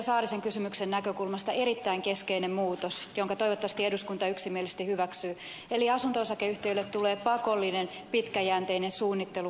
saarisen kysymyksen näkökulmasta erittäin keskeinen muutos jonka toivottavasti eduskunta yksimielisesti hyväksyy eli asunto osakeyhtiöille tulee pakolliseksi pitkäjänteinen korjausrakentamisen suunnittelu